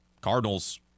Cardinals